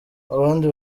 abandi